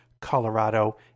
Colorado